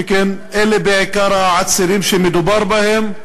שכן אלה בעיקר העצירים שמדובר בהם,